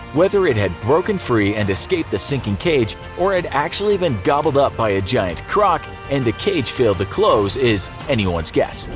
whether it had broken free and escaped the sinking cage or had actually been gobbled up by a giant croc and the cage failed to close is anyone's guess.